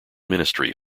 ministry